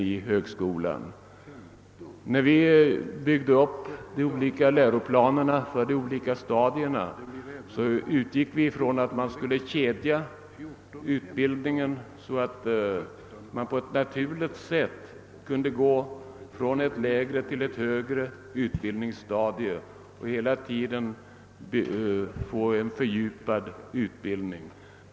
När vi byggde upp läroplanerna för de olika stadierna utgick vi från att man skulle kedja utbildningen så att eleverna på ett naturligt sätt kunde gå från ett lägre till ett högre utbildningsstadium och hela tiden få en fördjupad utbildning.